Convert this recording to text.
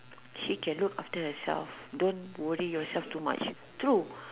she can look after herself don't worry yourself too much true